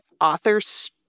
author's